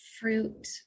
fruit